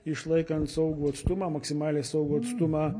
išlaikant saugų atstumą maksimaliai saugų atstumą